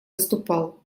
выступал